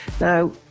Now